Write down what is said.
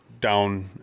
down